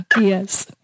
yes